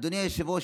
אדוני היושב-ראש,